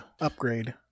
upgrade